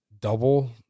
double